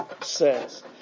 says